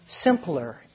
simpler